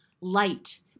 Light